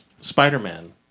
Spider-Man